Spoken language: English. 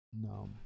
No